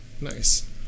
nice